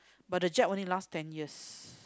but the jab only last ten years